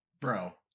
bro